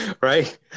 Right